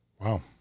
Wow